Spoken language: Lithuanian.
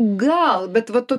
gal bet vat to